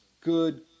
good